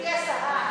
גברתי השרה,